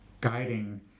guiding